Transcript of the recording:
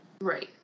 Right